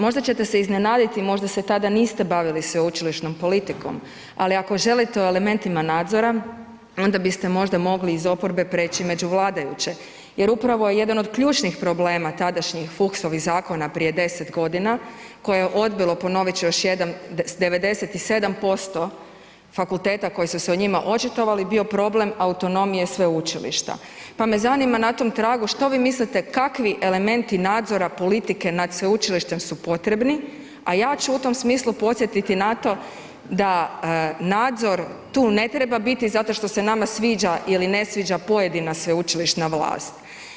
Možda ćete se iznenaditi, možda se tada niste bavili sveučilišnom politikom, ali ako želite o elementima nadzora, onda biste možda mogli iz oporbe preći među vladajuće jer upravo je jedan od ključnih problema tadašnjih Fuchsovih zakona prije 10 godina koje je odbilo, ponovit ću još jednom, s 97% fakulteta koji su se o njima očitovali, bio problem autonomije sveučilišta, pa me zanima na tom tragu, što vi mislite, kakvi elementi nadzora politike nad sveučilište su potrebni, a ja ću u tom smislu podsjetiti na to da nadzor tu ne treba biti zato što se nama sviđa ili ne sviđa pojedina sveučilišna vlast.